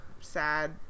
sad